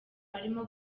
arimo